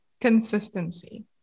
Consistency